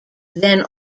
then